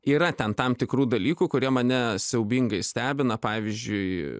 yra ten tam tikrų dalykų kurie mane siaubingai stebina pavyzdžiui